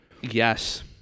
yes